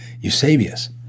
Eusebius